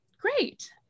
great